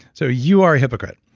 so you are a hypocrite,